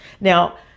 Now